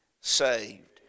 saved